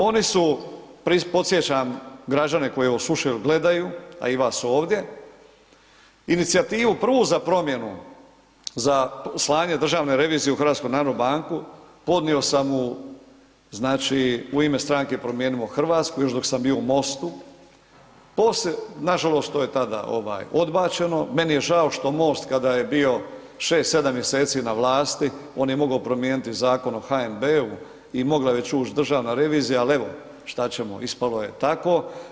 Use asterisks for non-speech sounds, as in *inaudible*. Oni su podsjećam građane koji ... *unintelligible* gledaju a i vas ovdje inicijativu prvu za promjenu, za slanje državne revizije u HNB podnio sam znači u ime stranke Promijenimo Hrvatsku, još dok sam bio u MOST-u, poslije, nažalost to je tada odbačeno, meni je žao što MOST kada je bio 6, 7 mjeseci na vlasti, on je mogao promijeniti Zakon o HNB-u i mogla je već ući državna revizija ali evo šta ćemo ispalo je tako.